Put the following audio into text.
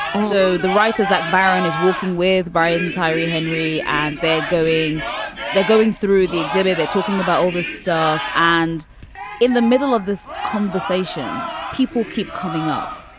so the writers like byron is walking with brian tyree henry. henry. and they're going they're going through the exhibit. they're talking about all this stuff. and in the middle of this conversation, people keep coming up.